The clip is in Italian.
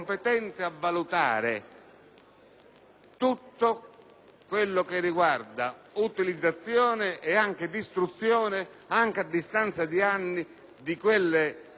tutto quello che riguarda utilizzazione e distruzione, anche a distanza di anni, di quelle intercettazioni autorizzate.